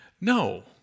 No